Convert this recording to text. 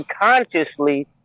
unconsciously